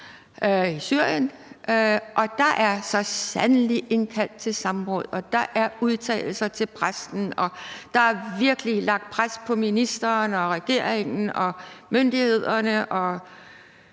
i Syrien, og der er så sandelig indkaldt til samråd, der er udtalelser til pressen, og der er virkelig lagt pres på ministeren, regeringen, myndighederne,